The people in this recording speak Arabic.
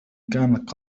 كانت